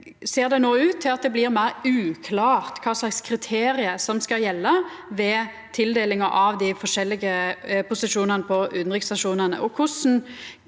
no ser ut til at det blir meir uklart kva slags kriterium som skal gjelda ved tildelinga av dei forskjellige posisjonane på utanriksstasjonane.